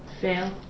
Fail